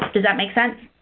does that make sense?